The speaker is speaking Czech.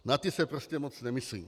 Na ty se prostě moc nemyslí.